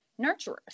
nurturers